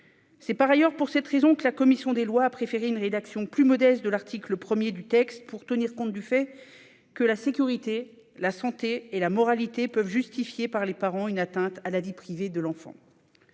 C'est par ailleurs pour cette raison que la commission des lois a préféré une rédaction plus modeste de l'article 1 du texte pour tenir compte du fait que la sécurité, la santé et la moralité peuvent justifier une atteinte à la vie privée de l'enfant